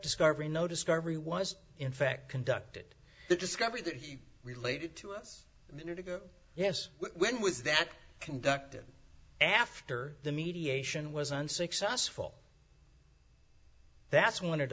discovery no discovery was in fact conducted the discovery that he related to us minute ago yes when was that conducted after the mediation was unsuccessful that's when it